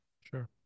Sure